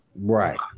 right